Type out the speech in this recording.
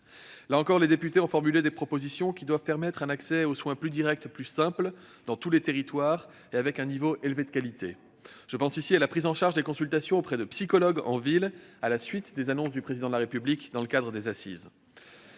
Là encore, les députés ont formulé des propositions qui doivent permettre un accès aux soins plus direct et plus simple, et avec un niveau élevé de qualité, dans tous les territoires. Je pense ici à la prise en charge des consultations auprès des psychologues en ville, à la suite des annonces du Président de la République dans le cadre des assises